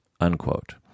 unquote